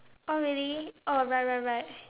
oh really oh right right right